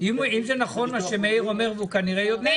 אם זה נכון מה שאיר שפיגלר אומר והוא כנראה יודע,